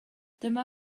dyma